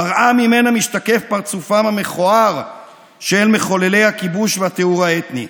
מראה שממנה משתקף פרצופם המכוער של מחוללי הכיבוש והטיהור האתני.